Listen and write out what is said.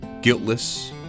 guiltless